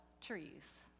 trees